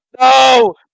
No